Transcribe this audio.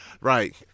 right